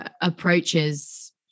approaches